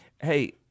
hey